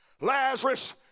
Lazarus